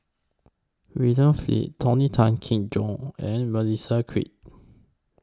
William Flint Tony Tan Keng Joo and Melissa Kwee